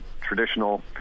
traditional